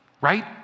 right